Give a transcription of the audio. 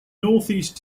northeast